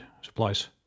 supplies